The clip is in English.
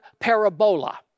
parabola